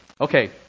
Okay